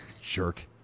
Jerk